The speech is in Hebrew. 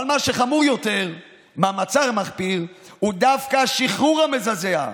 אבל מה שחמור יותר מהמעצר המחפיר הוא דווקא השחרור המזעזע.